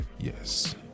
Yes